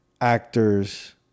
actors